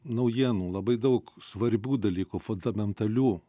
naujienų labai daug svarbių dalykų fundamentalių